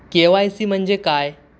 के Y C म्हणजे काय